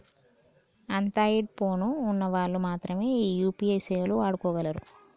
Android phone ఉన్న వాళ్ళు మాత్రమె ఈ యూ.పీ.ఐ సేవలు వాడుకోగలరు